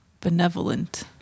benevolent